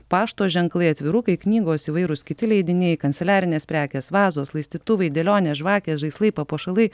pašto ženklai atvirukai knygos įvairūs kiti leidiniai kanceliarinės prekės vazos laistytuvai dėlionė žvakės žaislai papuošalai